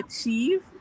achieve